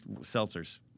seltzers